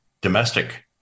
domestic